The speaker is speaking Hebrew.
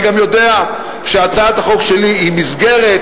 אני גם יודע שהצעת החוק שלי היא מסגרת,